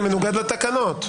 זה מנוגד לתקנות.